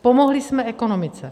Pomohli jsme ekonomice.